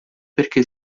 perché